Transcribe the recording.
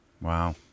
Wow